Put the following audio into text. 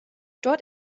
dort